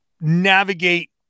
navigate